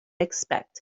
expect